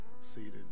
seated